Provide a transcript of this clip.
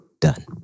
Done